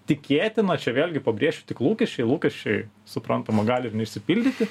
tikėtina čia vėlgi pabrėšiu tik lūkesčiai lūkesčiai suprantama gali ir neišsipildyti